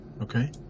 okay